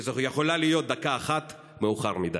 כי זאת יכולה להיות דקה אחת מאוחר מדי.